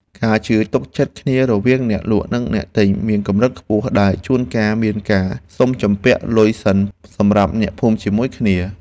ការជឿទុកចិត្តគ្នារវាងអ្នកលក់និងអ្នកទិញមានកម្រិតខ្ពស់ដែលជួនកាលមានការសុំជំពាក់លុយសិនសម្រាប់អ្នកភូមិជាមួយគ្នា។